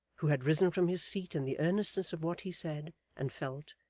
who had risen from his seat in the earnestness of what he said and felt,